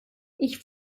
ich